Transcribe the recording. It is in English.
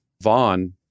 Vaughn